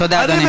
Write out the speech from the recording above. תודה, אדוני.